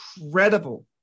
incredible